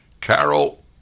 Carol